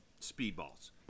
speedballs